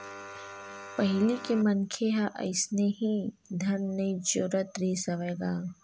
पहिली के मनखे मन ह अइसने ही धन नइ जोरत रिहिस हवय गा